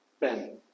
Ben